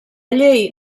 llei